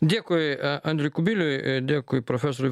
dėkui a andriui kubiliui dėkui profesoriui